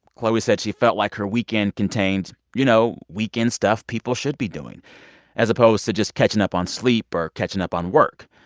chloe said she felt like her weekend contained, you know, weekend stuff people should be doing as opposed to just catching up on sleep or catching up on work.